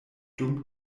dum